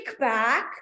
kickback